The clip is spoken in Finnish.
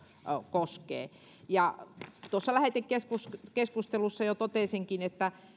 koskee tuossa lähetekeskustelussa jo totesinkin että